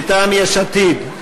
מטעם יש עתיד,